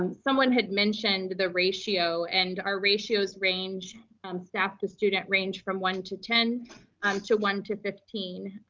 um someone had mentioned the ratio and our ratios range um staff to student range from one to ten um to one to fifteen.